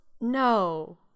No